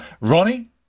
Ronnie